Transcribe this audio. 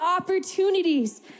opportunities